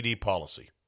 policy